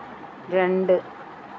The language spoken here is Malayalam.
രണ്ട്